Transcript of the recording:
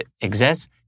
exists